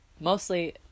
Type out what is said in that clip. mostly